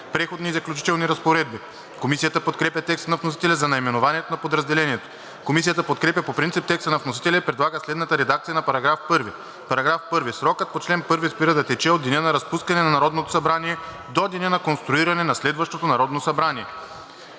„Преходни и заключителни разпоредби“. Комисията подкрепя текста на вносителя за наименованието на подразделението. Комисията подкрепя по принцип текста на вносителя и предлага следната редакция на § 1: „§ 1. Срокът по чл. 1 спира да тече от деня на разпускане на Народното събрание до деня на конституиране на следващото Народно събрание.“